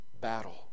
battle